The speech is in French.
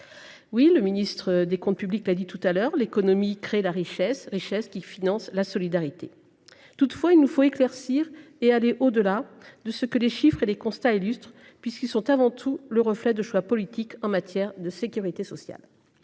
comme le ministre chargé des comptes publics l’a dit tout à l’heure, l’économie crée la richesse, ce qui finance la solidarité. Toutefois, il nous faut éclaircir ce que les chiffres et les constats illustrent, puisque ceux ci sont avant tout le reflet de choix politiques en matière de sécurité sociale.